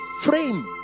Frame